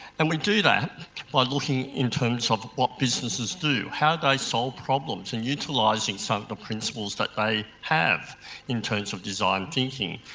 and we do that by looking in terms of what businesses do, how they solve problems and utilising some of the principles that they have in terms of design thinking.